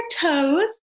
toes